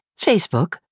Facebook